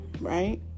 right